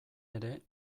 ere